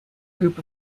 group